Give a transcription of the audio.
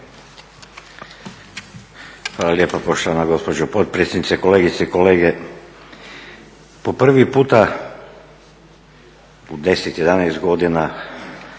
Hvala lijepa poštovana gospođo potpredsjednice, kolegice i kolege. Po prvi puta u 10, 11 godina